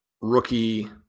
rookie